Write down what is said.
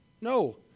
No